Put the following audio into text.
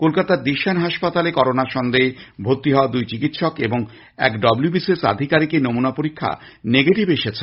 কলকাতার ডিসান হাসপাতালে করোনা সন্দেহে ভর্তি হওয়া দুই চিকিতসক ও এক ডব্লউ বি সি এস আধিকারিকের নমুনা পরীক্ষা নেগেটিভ এসেছে